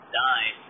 die